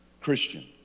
Christian